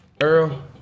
Earl